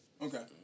Okay